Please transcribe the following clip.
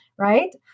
right